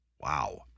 Wow